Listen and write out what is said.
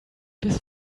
bis